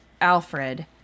Alfred